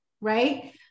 right